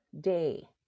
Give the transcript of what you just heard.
day